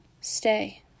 Stay